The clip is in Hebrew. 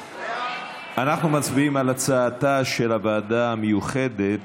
אנחנו מצביעים על ההצעה להקמת הוועדה המיוחדת